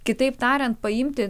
kitaip tariant paimti